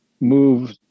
move